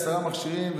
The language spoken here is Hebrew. עשרה מכשירים,